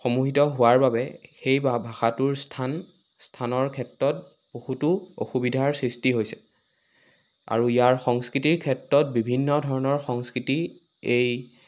সমূহিত হোৱাৰ বাবে সেই বা ভাষাটোৰ স্থান স্থানৰ ক্ষেত্ৰত বহুতো অসুবিধাৰ সৃষ্টি হৈছে আৰু ইয়াৰ সংস্কৃতিৰ ক্ষেত্ৰত বিভিন্ন ধৰণৰ সংস্কৃতি এই